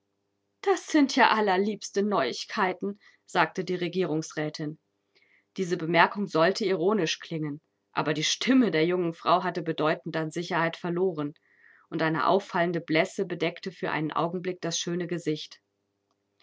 das sind ja allerliebste neuigkeiten sagte die regierungsrätin diese bemerkung sollte ironisch klingen aber die stimme der jungen frau hatte bedeutend an sicherheit verloren und eine auffallende blässe bedeckte für einen augenblick das schöne gesicht